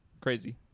crazy